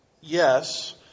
yes